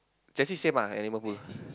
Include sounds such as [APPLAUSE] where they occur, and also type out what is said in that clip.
Chelsea same ah at Liverpool [BREATH]